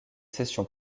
session